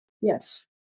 Yes